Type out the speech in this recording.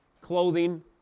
clothing